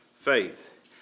faith